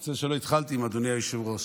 אני מצטער שלא התחלתי עם "אדוני היושב-ראש"